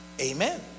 Amen